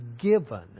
given